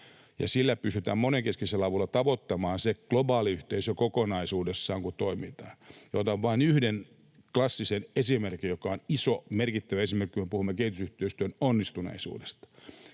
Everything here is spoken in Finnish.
sillä monenkeskisellä avulla pystytään tavoittamaan se globaaliyhteisö kokonaisuudessaan. Otan vain yhden klassisen esimerkin, joka on iso, merkittävä esimerkki, kun me puhumme kehitysyhteistyön onnistuneisuudesta.